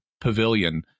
pavilion